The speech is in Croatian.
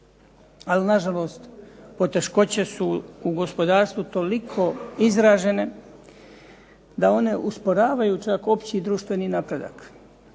Ali nažalost, poteškoće su u gospodarstvu toliko izražene da one usporavaju čak opći društveni napredak.